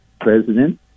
president